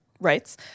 rights